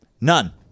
None